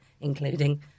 including